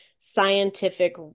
scientific